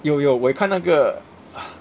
有有我有看那个